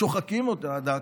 שוחקים אותה עד דק.